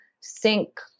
sink